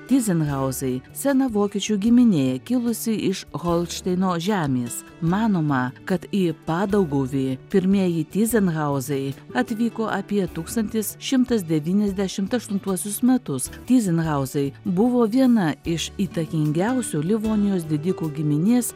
tyzenhauzai sena vokiečių giminė kilusi iš holšteino žemės manoma kad į padauguvį pirmieji tyzenhauzai atvyko apie tūkstantis šimtas devyniasdešimt aštuntuosius metus tyzenhauzai buvo viena iš įtakingiausių livonijos didikų giminės